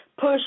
push